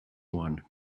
one